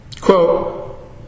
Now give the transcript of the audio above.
quote